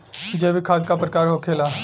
जैविक खाद का प्रकार के होखे ला?